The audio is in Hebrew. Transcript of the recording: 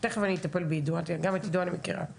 זה מעניין אותי כי גם אז הבנתי שאתם מתוקצבים ויש איזוק אבל אין